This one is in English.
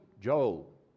Joel